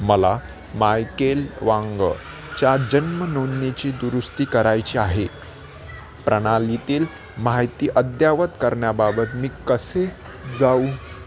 मला मायकेल वांगच्या जन्म नोंदणीची दुरुस्ती करायची आहे प्रणालीतील माहिती अद्यावत करण्याबाबत मी कसे जाऊ